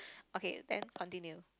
okay then continue